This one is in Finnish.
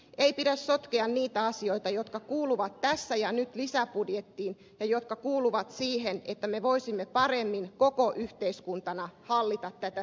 ei pidä sotkea niitä asioita jotka kuuluvat tässä ja nyt lisäbudjettiin ja niitä jotka kuuluvat siihen että me voisimme paremmin koko yhteiskuntana hallita tätä työllisyyskriisiä